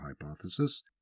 hypothesis